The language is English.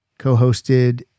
co-hosted